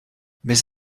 mes